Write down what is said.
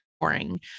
boring